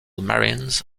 marines